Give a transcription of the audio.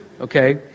okay